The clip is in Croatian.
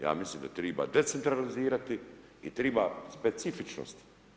Ja mislim da treba decentralizirati i treba specifičnost.